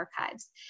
archives